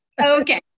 Okay